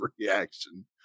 reaction